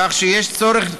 ככל שיש צורך,